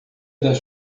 das